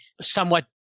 somewhat